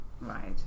Right